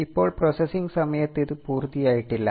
ഇപ്പോൾ പ്രോസസ്സിംഗ് സമയത്ത് ഇത് പൂർത്തിയായിട്ടില്ല